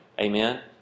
amen